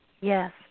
Yes